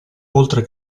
oltre